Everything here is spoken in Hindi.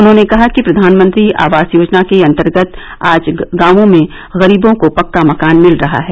उन्होंने कहा कि प्रधानमंत्री आवास योजना के अंतर्गत आज गांवों में गरीबों को पक्का मकान मिल रहा है